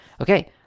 Okay